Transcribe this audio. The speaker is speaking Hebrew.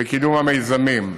בקידום המיזמים.